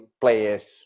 players